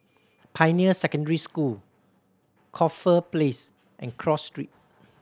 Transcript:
Pioneer Secondary School Corfe Place and Cross Street